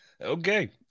okay